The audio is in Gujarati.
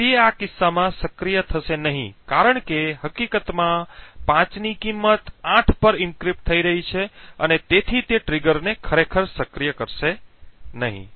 તે આ કિસ્સામાં સક્રિય થશે નહીં કારણ કે હકીકતમાં 5 ની કિંમત 8 પર એન્ક્રિપ્ટ થઈ રહી છે અને તેથી તે ટ્રિગરને ખરેખર સક્રિય કરશે નહીં